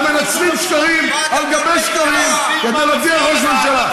אתם מנצלים שקרים על שקרים כדי להדיח ראש ממשלה.